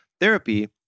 Therapy